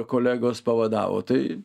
kolegos pavadavo tai